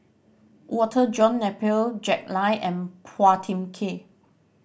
Walter John Napier Jack Lai and Phua Thin Kiay